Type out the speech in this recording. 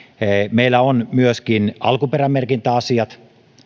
meillä on myöskin alkuperämerkintäasiat